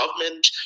government